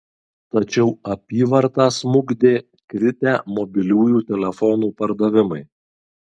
tačiau apyvartą smukdė kritę mobiliųjų telefonų pardavimai